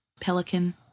Pelican